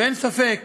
אין ספק